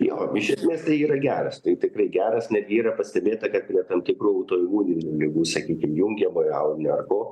jo iš esmės tai yra geras tai tikrai geras netgi yra pastebėta kad prie tam tikrų autoimuninių ligų sakykim jungiamojo audinio argo